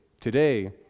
today